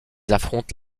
affrontent